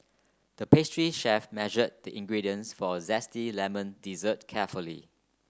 the pastry chef measured the ingredients for a zesty lemon dessert carefully